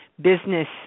business